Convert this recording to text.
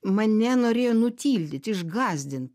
mane norėjo nutildyt išgąsdint